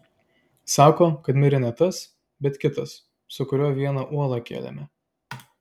sako kad mirė ne tas bet kitas su kuriuo vieną uolą kėlėme